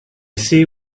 see